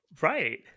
Right